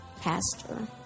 pastor